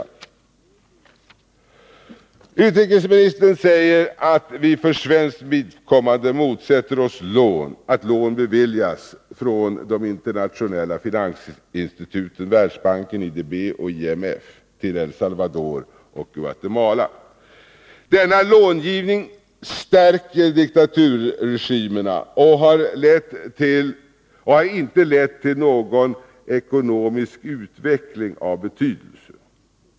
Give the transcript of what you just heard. I svaret säger utrikesministern vidare att vi för svenskt vidkommande motsätter oss att lån beviljas till El Salvador och Guatemala från de internationella finansinstituten Världsbanken, IDB och IMF. Denna långivning stärker diktaturregimerna och har inte lett till någon ekonomisk utveckling av betydelse.